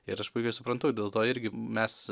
ir aš puikiai suprantu dėl to irgi mes